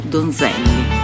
Donzelli